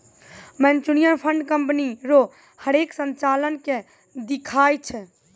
mutual fund कंपनी रो हरेक संचालन के दिखाय छै